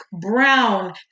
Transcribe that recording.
brown